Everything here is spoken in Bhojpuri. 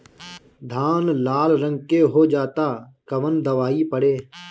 धान लाल रंग के हो जाता कवन दवाई पढ़े?